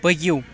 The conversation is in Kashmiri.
پٔکِو